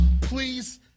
please